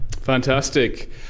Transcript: Fantastic